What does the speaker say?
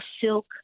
silk